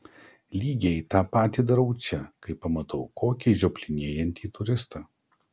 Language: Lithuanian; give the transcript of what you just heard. lygiai tą patį darau čia kai pamatau kokį žioplinėjantį turistą